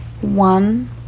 One